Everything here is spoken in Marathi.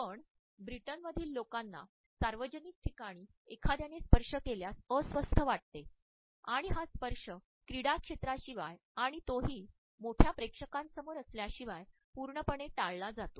पण ब्रिटनमधील लोकांना सार्वजनिक ठिकाणी एखाद्याने स्पर्श केल्यास अस्वस्थ वाटते आणि हा स्पर्श क्रीडा क्षेत्राशिवाय आणि तोही मोठ्या प्रेक्षकांसमोर असल्याशिवाय पूर्णपणे टाळला जातो